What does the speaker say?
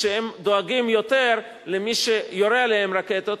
כשהם דואגים למי שיורה עליהם רקטות